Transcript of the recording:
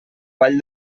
vall